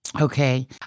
Okay